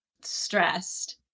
stressed